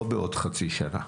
לא בעוד חצי שנה,